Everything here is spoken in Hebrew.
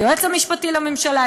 היועץ המשפטי לממשלה,